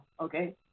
okay